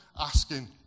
asking